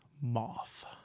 moth